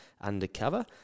undercover